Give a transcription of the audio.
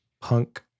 punk